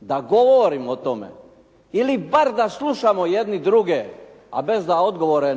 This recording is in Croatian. da govorimo o tome ili bar da slušamo jedni druge a bez da odgovore